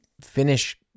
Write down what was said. finish